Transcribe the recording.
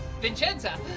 Vincenza